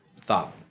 thought